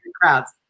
crowds